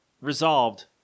resolved